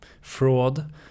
fraud